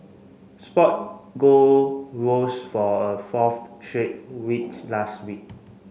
spot gold rose for a fourth straight week last week